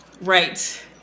Right